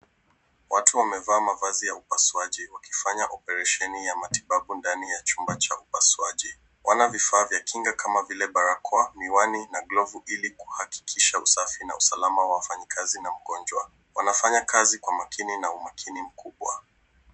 Watu wamevaa mavazi ya upasuaji wakifanya oparesheni ya matibabu ndani ya chumba cha upasuaji. Wana vifaa vya kujikinga kama vile barakoa, miwani na glovu ili kuhakikisha usafi na usalama wa wafanyikazi na mgonjwa. Wanafanya kazi kwa makini na umakini mkubwa.